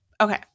okay